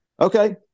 Okay